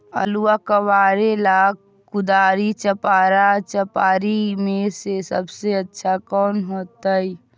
आलुआ कबारेला कुदारी, चपरा, चपारी में से सबसे अच्छा कौन होतई?